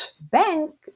bank